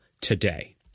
today